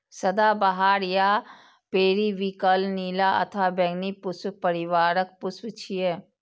सदाबहार या पेरिविंकल नीला अथवा बैंगनी पुष्प परिवारक पुष्प छियै